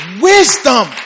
Wisdom